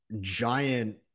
giant